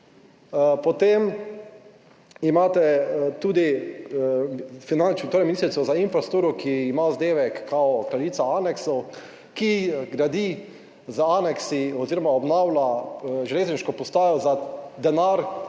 Potem imate tudi finančno, torej ministrico za infrastrukturo, ki ima vzdevek kao kraljica aneksov, ki gradi z aneksi oziroma obnavlja železniško postajo, za denar,